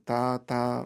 tą tą